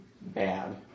bad